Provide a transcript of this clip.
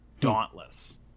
dauntless